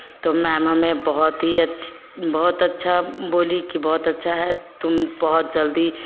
तो मैम हमें बहुत ही अच् बहुत अच्छा बोली कि बहुत अच्छा है तुम बहुत जल्दी